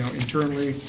internally,